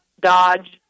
Dodge